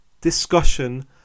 discussion